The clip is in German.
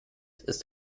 ist